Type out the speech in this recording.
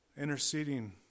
Interceding